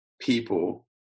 people